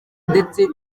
ndetse